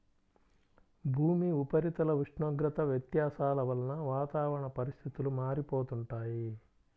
భూమి ఉపరితల ఉష్ణోగ్రత వ్యత్యాసాల వలన వాతావరణ పరిస్థితులు మారిపోతుంటాయి